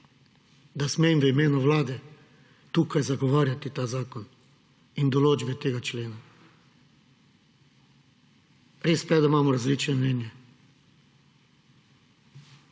da smem v imenu Vlade tukaj zagovarjati ta zakon in določbe tega člena. Res pa je, da imamo različna mnenja.